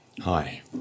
Hi